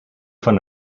fun